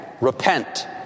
Repent